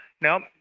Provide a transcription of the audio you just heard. now